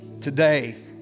today